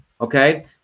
Okay